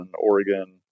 Oregon